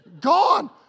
gone